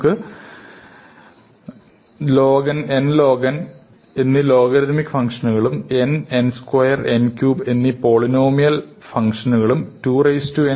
നമുക്ക് login n nlognഎന്നീ logarithmic ഫങ്ക്ഷനുകളും n n square n cube എന്നീ പോളിനോമിയൽ ഫങ്ക്ഷനുകളും 2n n